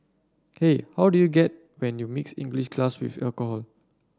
hey how do you get when you mix English class with alcohol